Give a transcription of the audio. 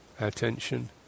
attention